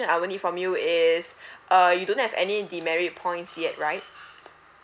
I will need from you is uh you don't have any demerit points yet right